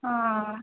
हँ